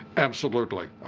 absolutely.